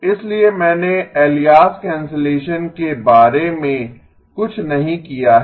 इसलिए मैंने alias cancellation के बारे में कुछ नहीं किया है